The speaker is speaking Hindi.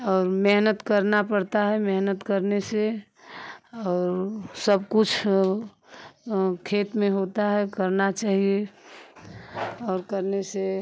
और मेहनत करना पड़ता है मेहनत करने से और सब कुछ खेत में होता है करना चाहिए और करने से